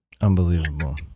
unbelievable